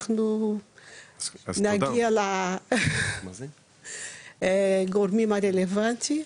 אנחנו נגיע לגורמים הרלוונטיים.